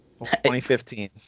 2015